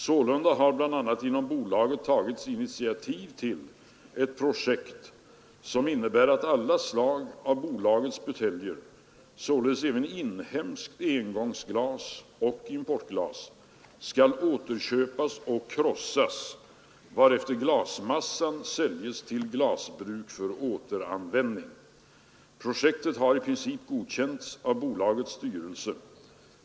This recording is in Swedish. Sålunda har bl.a. inom bolaget tagits initiativ till ett projekt som innebär att alla slag av bolagets buteljer — således även inhemskt engångsglas och importglas — skall återköpas och krossas, varefter glasmassan säljes till glasbruk för återanvändning. Projektet har i princip godkänts av bolagets styrelse.